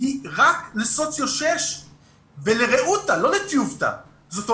היא רק לסוציו 6. זאת אומרת,